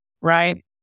right